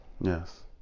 Yes